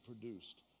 produced